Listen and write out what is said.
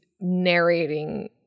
narrating